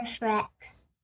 Rex